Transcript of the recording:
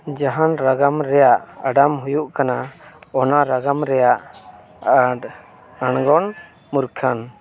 ᱡᱟᱦᱟᱸ ᱱᱟᱜᱟᱢ ᱨᱮᱭᱟᱜ ᱟᱜᱟᱢ ᱦᱩᱭᱩᱜ ᱠᱟᱱᱟ ᱚᱱᱟ ᱱᱟᱜᱟᱢ ᱨᱮᱭᱟᱜ ᱟᱨ ᱟᱬᱜᱚᱱ ᱢᱩᱨᱠᱷᱟᱹᱱ